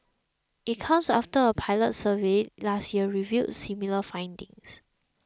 it comes after a pilot survey last year revealed similar findings